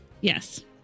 Yes